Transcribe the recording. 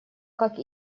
как